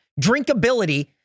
drinkability